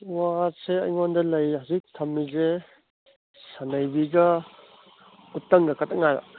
ꯋꯥꯁꯦ ꯑꯩꯉꯣꯟꯗ ꯂꯩ ꯍꯧꯖꯤꯛ ꯊꯝꯃꯤꯁꯦ ꯁꯟꯅꯩꯕꯤꯒ ꯎꯇꯪꯒ ꯈꯛꯇ ꯉꯥꯏꯔꯦ